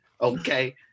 Okay